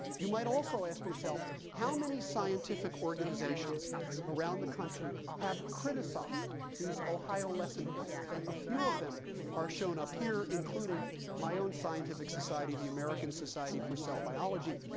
you might also ask yourself how many scientific organizations around the country have criticized these ohio lesson plans. and a few of them are shown up here, including my own scientific society, the american society for cell biology,